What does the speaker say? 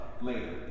later